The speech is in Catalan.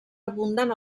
abunden